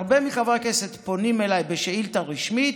הרבה מחברי הכנסת פונים אליי בשאילתה רשמית,